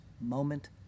moment